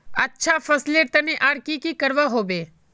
अच्छा फसलेर तने आर की की करवा होबे?